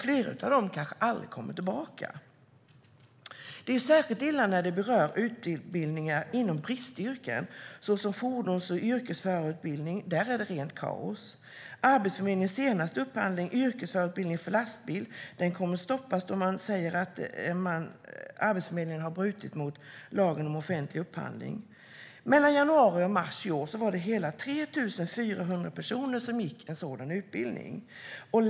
Flera av dem kanske aldrig kommer tillbaka. Det är särskilt illa när det berör utbildningar inom bristyrken såsom fordons och yrkesförarutbildning. Där är det rent kaos. Arbetsförmedlingens senaste upphandling av yrkesförarutbildning för lastbil kommer att stoppas då man säger att Arbetsförmedlingen har brutit mot lagen om offentlig upphandling. Mellan januari och mars i år var det hela 3 400 personer som gick en sådan utbildning.